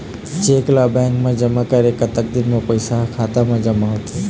Cheque ला bank मा जमा करे के कतक दिन मा पैसा हा खाता मा जमा होथे थे?